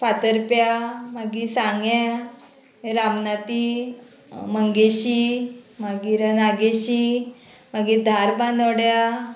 फातरप्या मागीर सांग्या रामनाती मंगेशी मागीर नागेशी मागीर धार बानोड्या